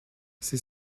ses